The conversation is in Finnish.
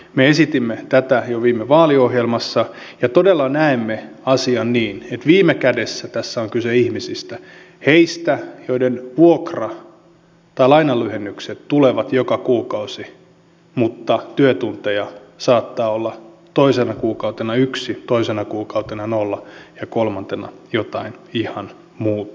me esitimme tätä jo viime vaaliohjelmassa ja todella näemme asian niin että viime kädessä tässä on kyse ihmisistä heistä joiden vuokra tai lainanlyhennykset tulevat joka kuukausi mutta työtunteja saattaa olla toisena kuukautena yksi toisena kuukautena nolla ja kolmantena jotain ihan muuta